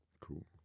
cool